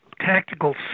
tactical